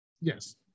Yes